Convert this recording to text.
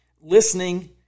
listening